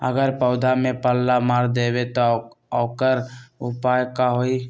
अगर पौधा में पल्ला मार देबे त औकर उपाय का होई?